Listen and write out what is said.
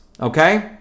okay